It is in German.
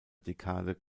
dekade